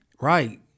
Right